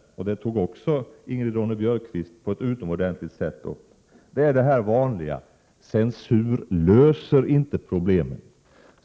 — och det tog också Ingrid Ronne-Björkqvist upp — att censur inte löser problemet.